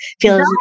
feel